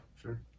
sure